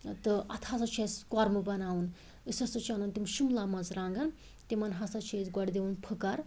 تہٕ اتھ ہَسا چھُ اسہِ قۄرمہٕ بناوُن أسۍ ہَسا چھ انان تِم شملہ مَرژٕوانٛگَن تِمن ہَسا چھِ أسۍ گۄڈٕ دِوان پھٕکر